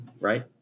right